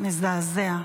מזעזע.